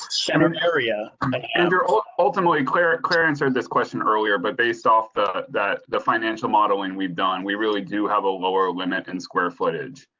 and um area um and and ultimately clear clear answer this question earlier, but based off the, that the financial modeling we've done, we really do have a lower limit and square footage.